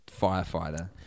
Firefighter